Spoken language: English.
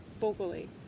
vocally